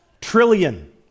Trillion